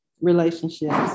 relationships